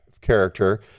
character